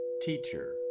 teacher